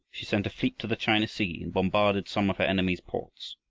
she sent a fleet to the china sea and bombarded some of her enemy's ports.